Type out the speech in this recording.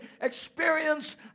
experience